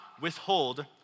withhold